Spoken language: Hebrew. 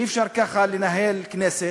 אי-אפשר ככה לנהל כנסת.